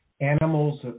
animals